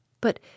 But